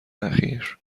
اخیر